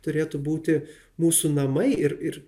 turėtų būti mūsų namai ir ir